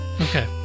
Okay